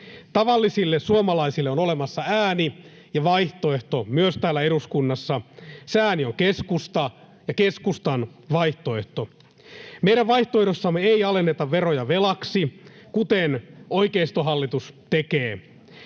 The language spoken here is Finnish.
Tavallisille suomalaisille on olemassa ääni ja vaihtoehto myös täällä eduskunnassa. Se ääni on keskusta ja keskustan vaihtoehto. Meidän vaihtoehdossamme ei alenneta veroja velaksi, kuten oikeistohallitus tekee.